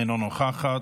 אינה נוכחת,